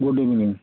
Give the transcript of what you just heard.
good evening